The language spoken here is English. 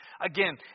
Again